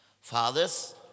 Fathers